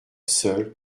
seul